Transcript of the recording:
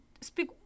speak